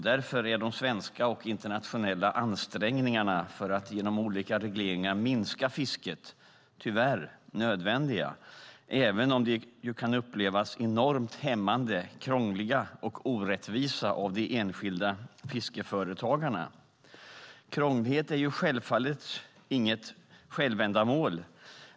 Därför är de svenska och internationella ansträngningarna för att genom olika regleringar minska fisket tyvärr nödvändiga, även om de kan upplevas enormt hämmande, krångliga och orättvisa av de enskilda fiskeföretagarna. Krånglighet är självfallet inget självändamål.